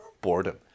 boredom